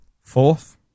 fourth